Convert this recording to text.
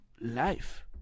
life